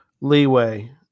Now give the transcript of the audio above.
leeway